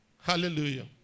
Hallelujah